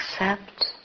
accept